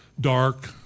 dark